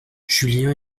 julien